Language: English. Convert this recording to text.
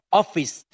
office